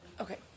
Okay